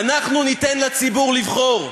אנחנו ניתן לציבור לבחור,